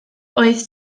oedd